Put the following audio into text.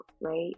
right